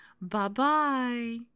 Bye-bye